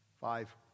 five